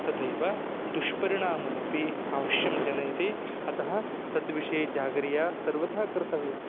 तथैव दुष्परिणाममपि अवश्यं जनयति अतः तद् विषये जागरूकः सर्वथा कर्तव्या